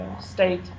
state